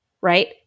right